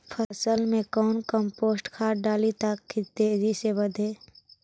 फसल मे कौन कम्पोस्ट खाद डाली ताकि तेजी से बदे?